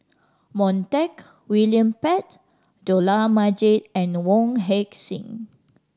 Montague William Pett Dollah Majid and Wong Heck Sing